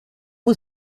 was